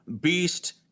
beast